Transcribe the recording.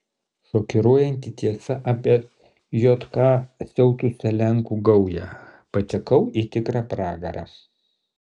šokiruojanti tiesa apie jk siautusią lenkų gaują patekau į tikrą pragarą